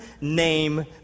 name